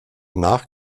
nach